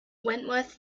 wentworth